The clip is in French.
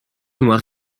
noirs